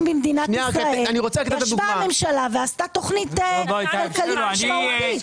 במדינת ישראל ישבה הממשלה ועשתה תכנית כלכלית משמעותית.